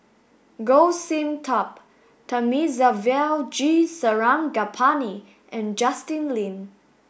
Goh Sin Tub Thamizhavel G Sarangapani and Justin Lean